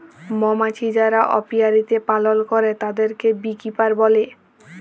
মমাছি যারা অপিয়ারীতে পালল করে তাদেরকে বী কিপার বলে